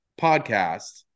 podcast